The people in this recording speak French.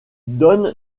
donnent